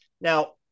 Now